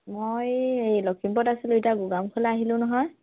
মই এই লখিমপুৰত আছিলোঁ এতিয়া গোগামুখলে আহিলোঁ নহয়